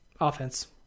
offense